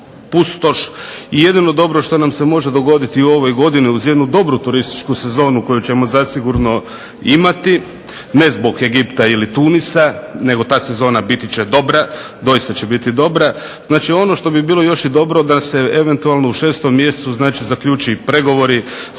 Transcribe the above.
i jedino dobro što nam se može dogoditi u ovoj godini uz jednu dobru turističku sezonu koju ćemo zasigurno imati, ne zbog Egipta ili Tunisa nego ta sezona biti će dobra, doista će biti dobra. Znači, ono što bi bilo još i dobro da se eventualno u 6. mjesecu zaključe i pregovori sa Europskom